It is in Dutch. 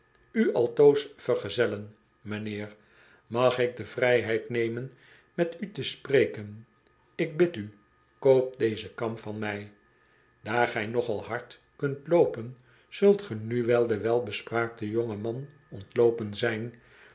u altoos vergezellen m'nheer mag ik de vrijheid nemen met u te spreken ik bid u koop dezen kam van mij daar gij nogal hard kunt loopen zult ge nu wel den weïbespraakten jongen man ontloopen zijn